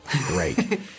great